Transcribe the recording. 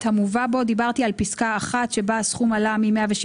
דיברתי על פסקה (1) שבה הסכום עלה מ-107